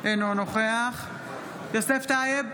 אינו נוכח יוסף טייב,